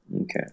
Okay